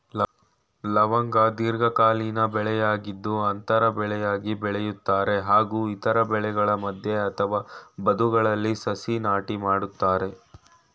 ಲವಂಗ ದೀರ್ಘಕಾಲೀನ ಬೆಳೆಯಾಗಿದ್ದು ಅಂತರ ಬೆಳೆಯಾಗಿ ಬೆಳಿತಾರೆ ಹಾಗೂ ಇತರ ಬೆಳೆಗಳ ಮಧ್ಯೆ ಅಥವಾ ಬದುಗಳಲ್ಲಿ ಸಸಿ ನಾಟಿ ಮಾಡ್ತರೆ